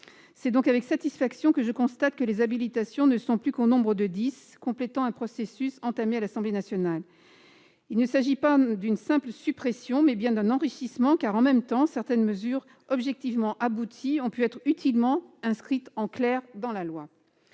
C'est donc avec satisfaction que je constate que les habilitations ne sont plus qu'au nombre de 10, complétant un processus entamé à l'Assemblée nationale. Il s'agit non pas d'une simple suppression, mais bien d'un enrichissement, car certaines mesures objectivement abouties ont pu être utilement inscrites « en clair » dans la loi.